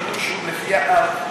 לפי האב.